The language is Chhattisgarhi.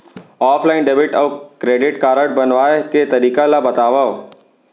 ऑफलाइन डेबिट अऊ क्रेडिट कारड बनवाए के तरीका ल बतावव?